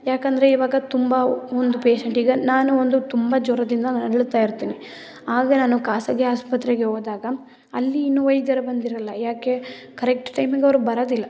ಯಾಕಂದರೆ ಇವಾಗ ತುಂಬ ಒಂದು ಪೇಷೆಂಟಿಗೆ ನಾನು ಒಂದು ತುಂಬ ಜ್ವರದಿಂದ ನರಳ್ತಾ ಇರ್ತೀನಿ ಆಗ ನಾನು ಖಾಸಗಿ ಆಸ್ಪತ್ರೆಗೆ ಹೋದಾಗ ಅಲ್ಲಿ ಇನ್ನು ವೈದ್ಯರು ಬಂದಿರೋಲ್ಲ ಏಕೆ ಕರೆಕ್ಟ್ ಟೈಮಿಗೆ ಅವರು ಬರೋದಿಲ್ಲ